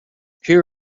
here